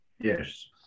Yes